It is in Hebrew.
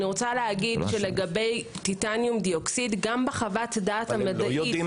לגבי טיטניום דיאוקסיד, גם בחוות דעת המדעית